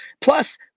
Plus